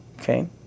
Okay